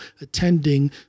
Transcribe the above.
attending